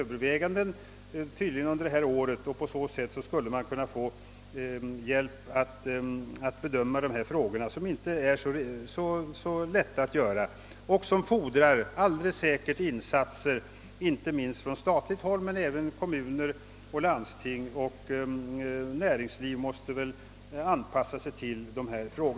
Man skulle på det sättet få större möjligheter att bedöma dessa frågor, som inte är så lätta att klara och som alldeles säkert fordrar insatser inte minst från statligt håll, även om kommuner, landsting och näringsliv måste medverka och anpassa sig efter de resultat som kommer fram.